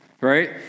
right